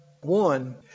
one